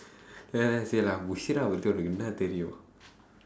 then I say musharaff பத்தி உனக்கு என்ன தெரியும்:paththi unakku enna theriyum